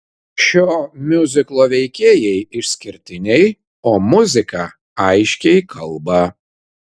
šio miuziklo veikėjai išskirtiniai o muzika aiškiai kalba